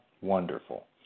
wonderful